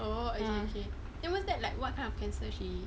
oh okay okay then what's that like what kind of cancer she